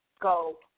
go